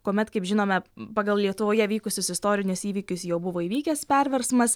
kuomet kaip žinome pagal lietuvoje vykusius istorinius įvykius jau buvo įvykęs perversmas